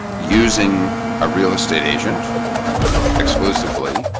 using a real estate agent exclusively.